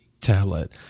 tablet